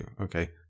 okay